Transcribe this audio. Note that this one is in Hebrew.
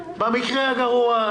במקרה הגרוע,